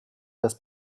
das